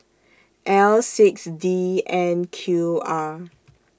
L six D N Q R